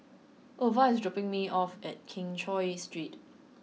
ova is dropping me off at Keng Cheow Street